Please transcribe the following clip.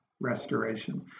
restoration